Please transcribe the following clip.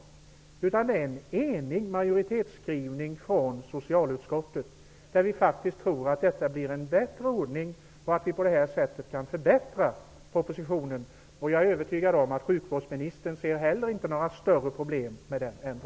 Det är en enig majoritetsskrivning från socialutskottet. Vi tror faktiskt att det blir en bättre ordning och att vi på det här sättet kan förbättra förslaget i propositionen. Jag är övertygad om att sjukvårdsministern inte heller ser några större problem med den ändringen.